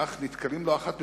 נתקלים לא אחת בבעיה.